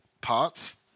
parts